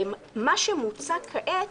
כעת